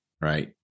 right